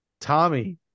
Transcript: Tommy